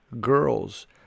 Girls